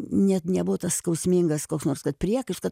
net nebuvo tas skausmingas koks nors kad priekaištaut